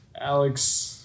Alex